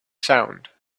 sound